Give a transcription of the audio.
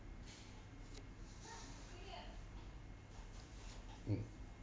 mm